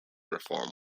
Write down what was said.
reform